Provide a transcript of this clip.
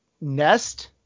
nest